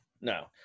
no